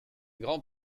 grands